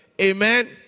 Amen